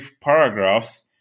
paragraphs